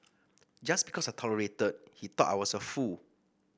just because I tolerated he thought I was a fool